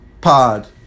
pod